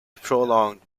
prolonged